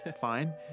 fine